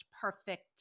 perfect